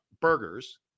burgers